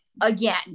again